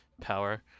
power